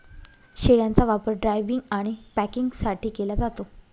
शेळ्यांचा वापर ड्रायव्हिंग आणि पॅकिंगसाठी केला जातो